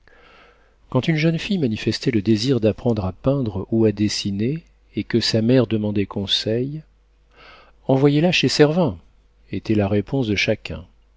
quand une jeune fille manifestait le désir d'apprendre à peindre ou à dessiner et que sa mère demandait conseil envoyez la chez servin était la réponse de chacun